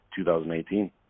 2018